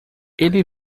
ele